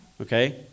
Okay